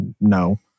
no